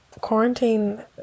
quarantine